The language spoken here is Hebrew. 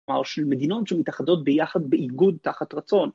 ‫כלומר, של מדינות שמתאחדות ‫ביחד באיגוד תחת רצון.